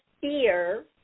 fear